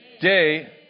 day